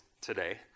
today